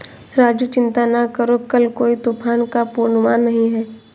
राजू चिंता ना करो कल कोई तूफान का पूर्वानुमान नहीं है